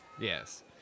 Yes